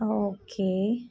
okay